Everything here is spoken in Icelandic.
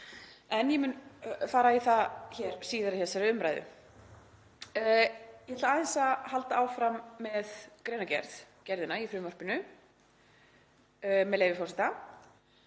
En ég mun fara í það síðar í þessari umræðu. Ég ætla aðeins að halda áfram með greinargerðina í frumvarpinu, með leyfi forseta: